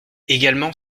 également